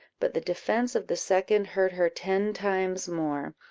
but the defence of the second hurt her ten times more,